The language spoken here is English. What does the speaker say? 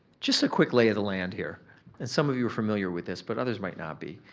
just a quick lay of the land here and some of you are familiar with this but others might not be.